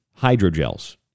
hydrogels